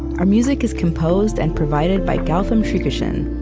our music is composed and provided by gautam srikishan.